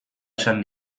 esan